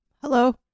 Hello